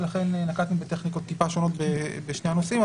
ולכן נקטנו טכניקות מעט שונות בשני הנושאים.